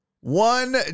One